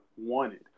wanted